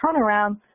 turnaround